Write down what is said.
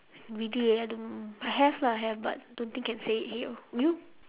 really eh I don't know have lah have but don't think can say it here you